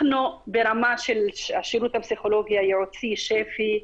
אנחנו ברמה של השרות הפסיכולוגי הייעוצי שפ"י,